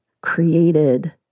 created